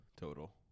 total